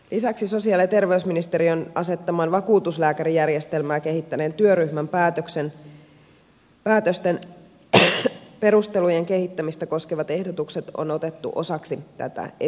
lisäksi sosiaali ja terveysministeriön asettaman vakuutuslääkärijärjestelmää kehittäneen työryhmän päätösten perustelujen kehittämistä koskevat ehdotukset on otettu osaksi tätä esitystä